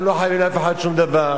אנחנו לא חייבים לאף אחד שום דבר,